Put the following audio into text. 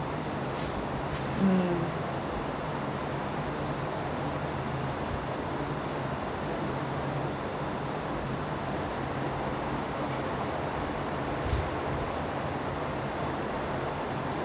mm